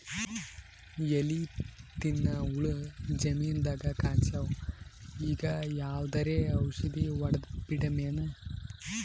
ಎಲಿ ತಿನ್ನ ಹುಳ ಜಮೀನದಾಗ ಕಾಣಸ್ಯಾವ, ಈಗ ಯಾವದರೆ ಔಷಧಿ ಹೋಡದಬಿಡಮೇನ?